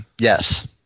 Yes